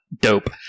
dope